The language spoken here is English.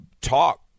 talk